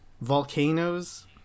Volcanoes